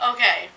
Okay